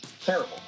terrible